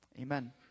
Amen